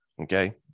Okay